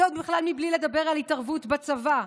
זה עוד בכלל בלי לדבר על התערבות בצבא.